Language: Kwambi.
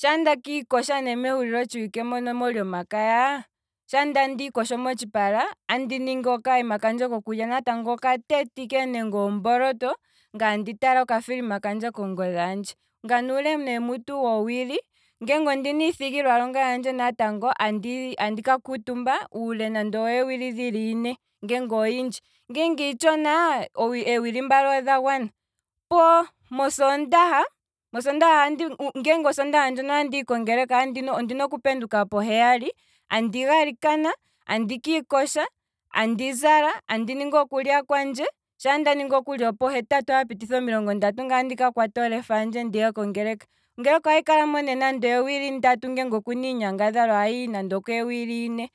shaa nda kiikosha ne meshulilo tshiwike mono molyomakaya, shaa ndiikosho motshipala, andi ningi okaama kandje kokulya okatete ike nenge omboloto. ngaye andi tala oka film kandje kongodhi handje, ngano uule mutu wo wili, ngeenge ondina iithigilwa longa yandje natango, andika kuutumba uule nande owee wili dhili ine ngeenge oyindji, ngeenge iitshona, eewili mbali odha gwana, opuwo mosoondaha, ngeenge mosondaha moka andi hi kongeleka, ondi ondina oku penduka poheyali, andi galikana, andi kiikosha, andi zala, andi ningi okulya kwandje, sha ndaningi okulya kwandje, ngaye andika kwata olefa handje ndihe kongeleka, ongoleke ohahi kala mo nande eewili ndatu, ngele okuna iinyangadhalwa oyindji a hihi sigo eewili dhili ine